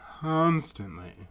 constantly